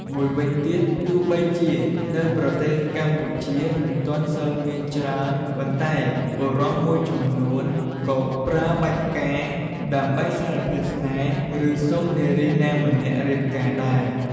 មួយវិញទៀត ទោះបីជានៅប្រទេសកម្ពុជាមិនទាន់សូវមានច្រើន ប៉ុន្តែបុរសមួយចំនួនក៏ប្រើបាច់ផ្កា ដើម្បីសារភាពស្នេហ៍ ឬ សុំនារីណាម្នាក់រៀបការដែរ។